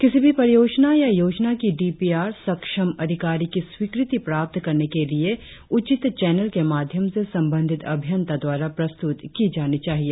किसी भी परियोजना या योजना की डी पी आर सक्षम अधिकारी की स्वीकृति प्राप्त करने के लिए उचित चैनल के माध्यम से संबंधित अभियंता द्वारा प्रस्तुत की जानी चाहिए